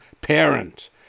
parent